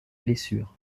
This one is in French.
blessures